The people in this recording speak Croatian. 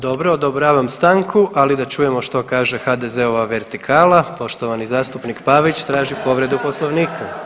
Dobro, odobravam stranku, ali da čujemo što kaže HDZ-ova vertikala, poštovani zastupnik Pavić traži povredu Poslovnika.